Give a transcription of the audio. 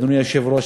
אדוני היושב-ראש,